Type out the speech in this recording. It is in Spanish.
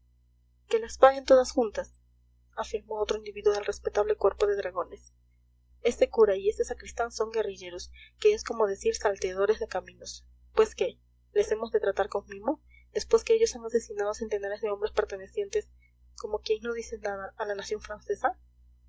que las paguen todas juntas afirmó otro individuo del respetable cuerpo de dragones ese cura y ese sacristán son guerrilleros que es como decir salteadores de caminos pues qué les hemos de tratar con mimo después que ellos han asesinado a centenares de hombres pertenecientes como quien no dice nada a la nación francesa